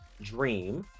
dream